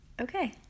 Okay